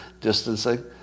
distancing